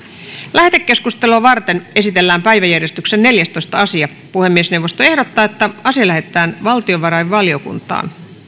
lähetekeskustelua varten esitellään päiväjärjestyksen neljästoista asia puhemiesneuvosto ehdottaa että asia lähetetään valtiovarainvaliokuntaan